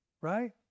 right